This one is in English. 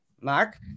Mark